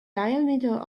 diameter